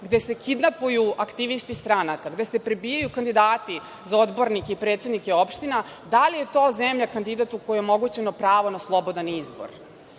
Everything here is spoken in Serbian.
gde se kidnapuju aktivisti stranaka, gde se prebijaju kandidati za odbornike i predsednike opština, da li je to zemlja kandidat u kojoj je omogućeno pravo na slobodan izbor.